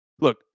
Look